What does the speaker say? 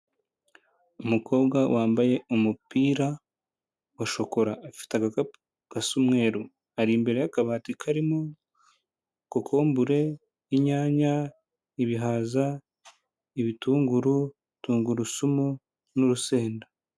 Umukobwa wambaye umupira wa shokora afite agakapu gasa umweru. Ari imbere y'kabati karimo kokombure, inyanya, ibihaza, ibitunguru, tungurusumu n'urusenda.